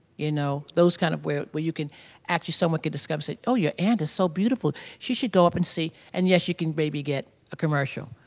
you know, those kind of where where you can actually, someone can dicover, say oh your aunt is so beautiful she should go up and see and, yes, you can maybe get a commercial.